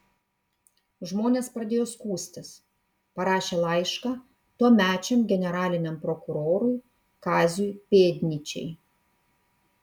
žmonės pradėjo skųstis parašė laišką tuomečiam generaliniam prokurorui kaziui pėdnyčiai